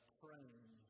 praying